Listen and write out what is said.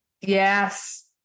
Yes